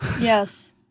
Yes